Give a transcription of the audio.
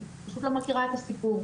היא פשוט לא מכירה את הסיפור,